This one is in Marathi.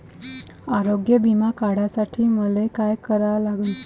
आरोग्य बिमा काढासाठी मले काय करा लागन?